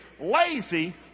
lazy